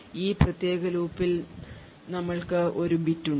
ഈ പ്രത്യേക ലൂപ്പിൽ ഞങ്ങൾക്ക് ഒരു ബിറ്റ് ഉണ്ട്